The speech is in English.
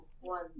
One